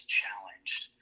challenged